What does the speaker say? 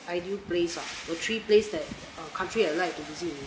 ideal place ah the three place that country I like to visit